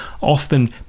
often